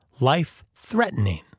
Life-threatening